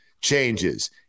changes